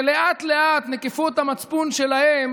ולאט-לאט נקיפות המצפון שלהם